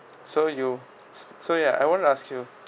so you so ya I want to ask you